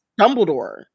Dumbledore